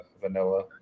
vanilla